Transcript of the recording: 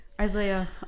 Isaiah